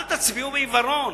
אל תצביעו בעיוורון.